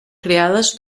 creades